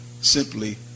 simply